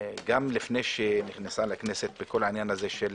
לפני שנכנסה לכנסת בכל העניין הזה של